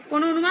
কোনো অনুমান